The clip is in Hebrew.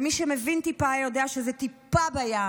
מי שמבין טיפה יודע שזה טיפה בים